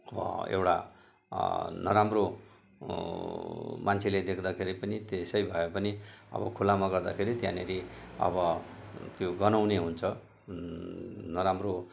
एउटा नराम्रो मान्छेले देख्दाखेरि पनि त्यसै भए पनि अब खुलामा गर्दाखेरि त्यहाँनेरि अब त्यो गनाउने हुन्छ नराम्रो